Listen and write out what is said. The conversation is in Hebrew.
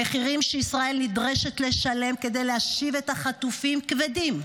המחירים שישראל נדרשת לשלם כדי להשיב את החטופים כבדים,